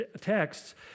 texts